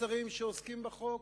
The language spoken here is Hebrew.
שרים שעוסקים בחוק,